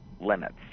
limits